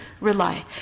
rely